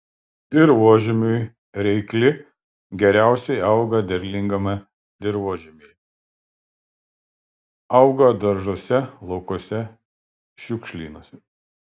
dirvožemiui reikli geriausiai auga derlingame dirvožemyje auga daržuose laukuose šiukšlynuose